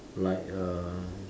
like uh